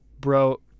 bro